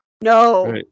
No